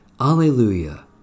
Alleluia